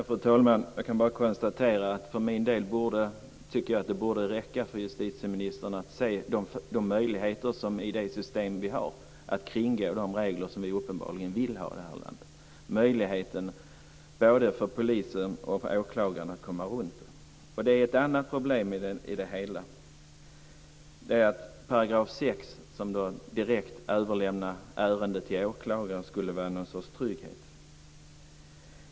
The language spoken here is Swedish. Fru talman! Jag kan konstatera att det borde räcka för justitieministern att se de möjligheter som finns i det nuvarande systemet att kringgå de regler vi uppenbarligen vill ha i det här landet. Det gäller möjligheten för både polis och åklagare att komma runt systemet. Det finns ett annat problem i det hela. 6 §, som innebär att direkt överlämna ärendet till åklagare, skall innebära något slags trygghet.